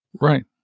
Right